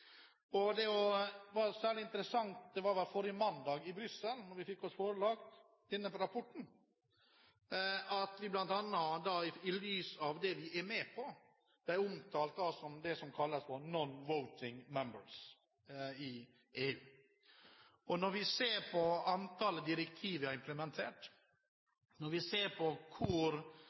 Det var særlig interessant – det var vel forrige mandag i Brussel vi fikk oss forelagt denne rapporten – at vi, bl.a. i lys av det vi er med på, ble omtalt som det som kalles for «non-voting members» i EU. Når vi ser på antallet direktiver vi har implementert, når vi ser på hvor